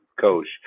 coach